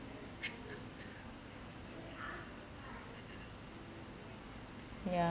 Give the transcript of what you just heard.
yeah